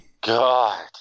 God